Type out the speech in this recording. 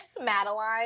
Madeline